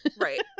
Right